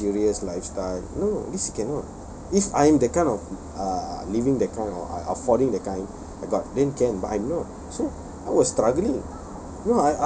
luxurious lifestyle no this cannot if I'm that kind of uh living that kind of affording that kind then can but I'm not so I was struggling